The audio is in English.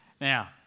Now